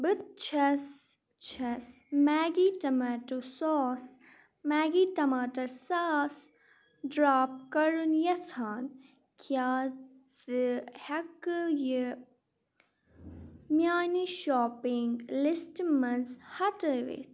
بہٕ چھَس چھَس میگی ٹٮ۪ماٹَو ساس میگی ٹماٹَر ساس ڈرٛاپ کَرُن یژھان کیٛاہ ژٕ ہٮ۪کہٕ یہِ میٛانہِ شاپِنٛگ لِسٹ منٛز ہٹٲوِتھ